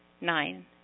nine